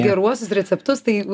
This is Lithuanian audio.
geruosius receptus tai